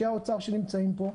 אנשי האוצר שנמצאים פה,